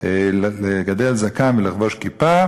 לגדל זקן ולחבוש כיפה,